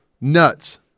Nuts